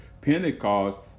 Pentecost